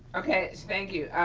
okay, thank you.